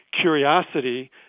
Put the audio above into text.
curiosity